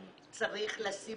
צריך לשים